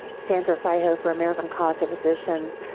sandra fryhofer, american college of physicians.